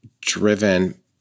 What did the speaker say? driven